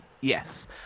yes